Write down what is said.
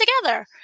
together